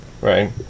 Right